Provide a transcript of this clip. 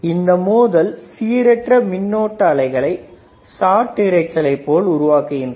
இந்த மோதல் சீரற்ற மின்னோட்ட அலைகளை ஷாட் இரைச்சலை போல் உருவாக்குகின்றது